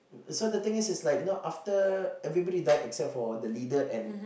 so the thing is is like you know after everybody died except for the leader and